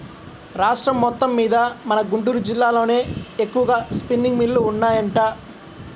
రాష్ట్రం మొత్తమ్మీద మన గుంటూరు జిల్లాలోనే ఎక్కువగా స్పిన్నింగ్ మిల్లులు ఉన్నాయంట